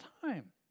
time